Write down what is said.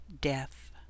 death